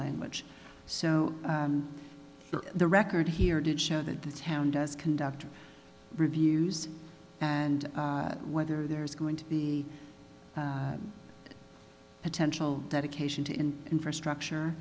language so the record here did show that the town does conduct reviews and whether there is going to be potential dedication to in infrastructure